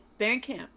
Bandcamp